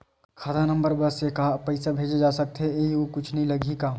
खाता नंबर बस से का पईसा भेजे जा सकथे एयू कुछ नई लगही का?